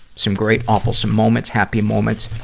some great awfulsome moments, happy moments,